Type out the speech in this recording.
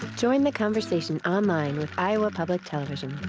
join the conversation online with iowa public television.